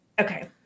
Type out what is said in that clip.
Okay